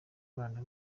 abana